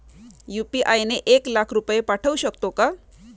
UPI ने एक लाख रुपये पाठवू शकतो का?